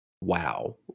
Wow